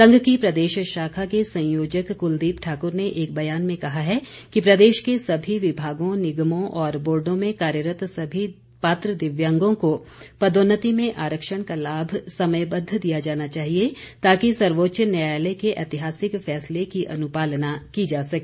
संघ की प्रदेश शाखा के संयोजक कुलदीप ठाक्र ने एक ब्यान में कहा है कि प्रदेश के सभी विभागों निगमों और बोर्डो में कार्यरत सभी पात्र दिव्यांगों को पदोन्नति में आरक्षण का लाभ समयबद्व दिया जाना चाहिए ताकि सर्वोच्च न्यायालय के ऐतिहासिक फैसले की अनुपालना की जा सके